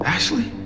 Ashley